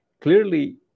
Clearly